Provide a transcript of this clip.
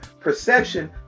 perception